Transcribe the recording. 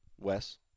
Wes